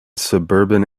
suburban